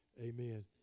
Amen